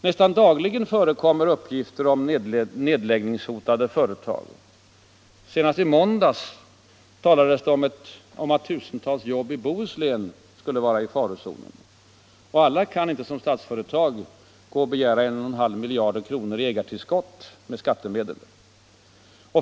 Nästan dagligen förekommer uppgifter om nedläggningshotade företag. Senast i måndags talades det om att tusentals jobb i Bohuslän var i farozonen. Alla kan inte som Statsföretag AB begära 1,5 miljarder kronor i ägartillskott med skattemedel.